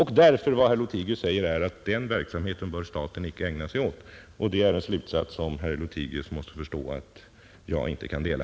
Herr Lothigius säger att den verksamheten bör staten inte ägna sig åt — herr Lothigius förstår säkert att det är en åsikt som jag inte kan dela.